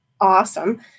awesome